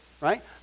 right